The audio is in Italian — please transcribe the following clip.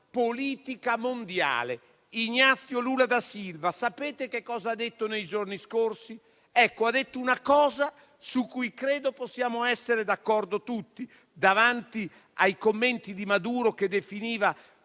politica mondiale: Luiz Inácio Lula da Silva. Sapete cosa ha detto nei giorni scorsi? Ha detto una cosa su cui credo possiamo essere d'accordo tutti, davanti ai commenti di Maduro, che diceva